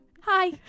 hi